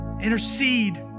Intercede